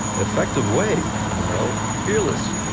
effective way? you know? fearless.